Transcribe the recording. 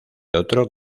otro